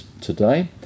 today